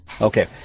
Okay